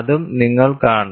അതും നിങ്ങൾ കാണും